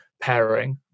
pairing